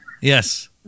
Yes